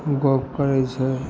गप करै छै